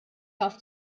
taf